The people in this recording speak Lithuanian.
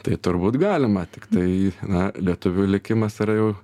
tai turbūt galima tiktai na lietuvių likimas yra jau